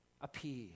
appear